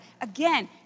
Again